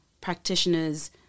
practitioners